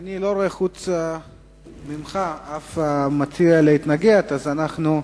אני לא רואה חוץ ממך אף מציע להתנגד, אז אנחנו,